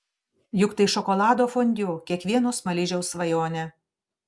juk tai šokolado fondiu kiekvieno smaližiaus svajonė